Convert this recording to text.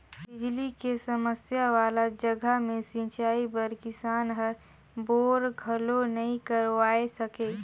बिजली के समस्या वाला जघा मे सिंचई बर किसान हर बोर घलो नइ करवाये सके